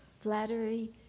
Flattery